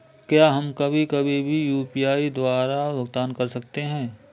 क्या हम कभी कभी भी यू.पी.आई द्वारा भुगतान कर सकते हैं?